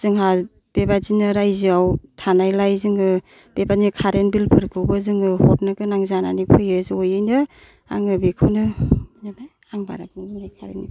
जोंहा बेबायदिनो रायजोआव थानायलाय जोङो बेबायदिनो खारेन बिल फोरखौबो जोङो हरनो गोनां जानानै फैयो जयैनो आङो बेखौनो आङो बारा बुंनो रोंलाय लाङा